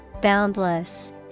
Boundless